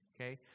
okay